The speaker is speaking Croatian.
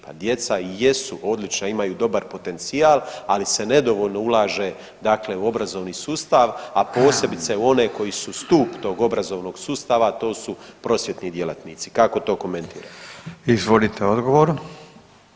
Pa djeca i jesu odlična i imaju dobar potencijal, ali se nedovoljno ulaže dakle u obrazovni sustav, a posebice u one koji su stup tog obrazovnog sustava, a to su prosvjetni djelatnici, kako to komentirate?